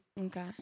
Okay